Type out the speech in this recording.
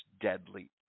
deadly